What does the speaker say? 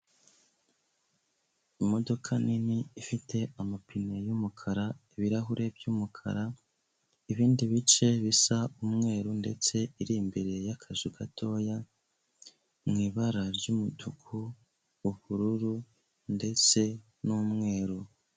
Imodoka nini ifite amapine y'umukara, ibirahure by'umukara, ibindi bice bisa umweru ndetse iri imbere y'akazu gatoya, mu ibara ry'umutuku, ubururu ndetse n'umweru.